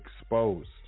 exposed